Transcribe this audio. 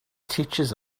teaches